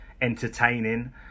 entertaining